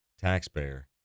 Taxpayer